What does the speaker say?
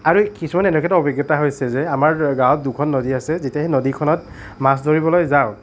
আৰু কিছুমান এনেকুৱা এটা অভিজ্ঞতা হৈছে যে আামাৰ গাঁৱত দুখন নদী আছে যেতিয়া সেই নদীখনত মাছ ধৰিবলৈ যাওঁ